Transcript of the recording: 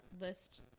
list